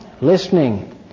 Listening